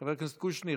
חבר הכנסת קושניר,